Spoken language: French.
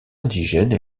indigène